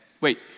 wait